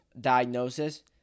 diagnosis